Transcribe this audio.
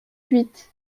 huit